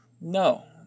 no